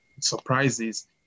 surprises